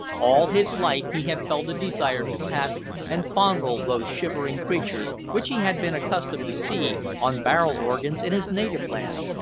all his life he had felt a desire to pat and fondle those shivering creatures which he had been accustomed to see on barrel-organs in his native land,